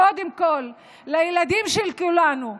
קודם כול לילדים של כולנו,